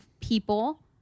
people